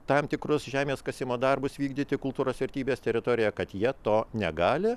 tam tikrus žemės kasimo darbus vykdyti kultūros vertybės teritoriją kad jie to negali